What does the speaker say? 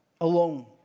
alone